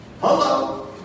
Hello